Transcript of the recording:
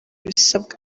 ibisabwa